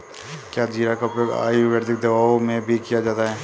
क्या जीरा का उपयोग आयुर्वेदिक दवाओं में भी किया जाता है?